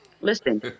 Listen